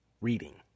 reading